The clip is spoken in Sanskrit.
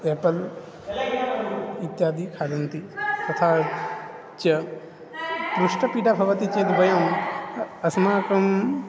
एपल् इत्यादीन् खादन्ति तथा च पृष्ठपीडा भवति चेद् वयम् अस्माकं